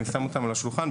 אני שם אותם על השולחן,